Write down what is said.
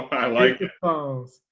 i like phones.